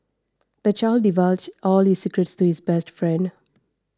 the child divulged all his secrets to his best friend